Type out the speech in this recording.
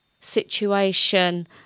situation